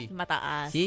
mataas